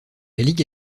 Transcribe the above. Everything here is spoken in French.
ligue